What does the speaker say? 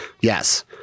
Yes